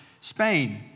Spain